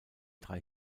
drei